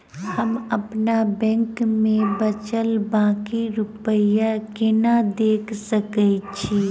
हम अप्पन बैंक मे बचल बाकी रुपया केना देख सकय छी?